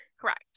Correct